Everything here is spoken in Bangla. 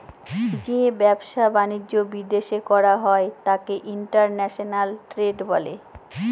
যে ব্যবসা বাণিজ্য বিদেশ করা হয় তাকে ইন্টারন্যাশনাল ট্রেড বলে